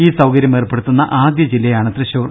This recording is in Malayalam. ഈ സൌകര്യം ഏർപ്പെടുത്തുന്ന ആദ്യ ജില്ലയാണ് തൃശൂർ